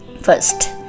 First